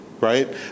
right